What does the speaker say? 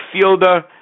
fielder